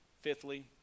Fifthly